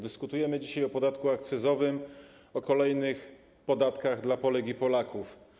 Dyskutujemy dzisiaj o podatku akcyzowym, o kolejnych podatkach dla Polek i Polaków.